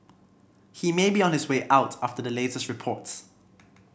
he may be on his way out after the latest reports